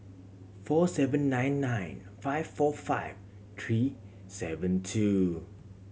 four seven nine nine five four five three seven two